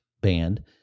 band